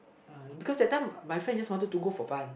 uh because that time my friend just wanted to go for fun